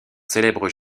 célèbres